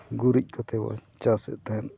ᱜᱩᱨᱤᱡ ᱠᱟᱛᱮᱵᱚᱱ ᱪᱟᱥᱮᱫ ᱛᱟᱦᱮᱱ